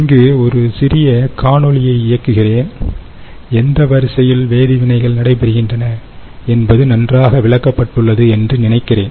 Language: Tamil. இங்கே ஒரு சிறிய காணொளியை இயக்குகிறேன் எந்த வரிசையில் வேதிவினைகள் நடைபெறுகின்றன என்பது நன்றாக விளக்கப்பட்டு உள்ளது என்று நினைக்கிறேன்